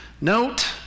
Note